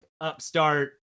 upstart